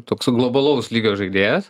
toks globalaus lygio žaidėjas